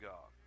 God